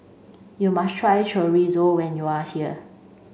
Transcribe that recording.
you must try Chorizo when you are here